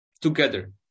together